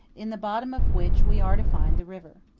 in the bottom of which we are to find the river.